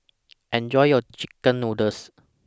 Enjoy your Chicken Noodles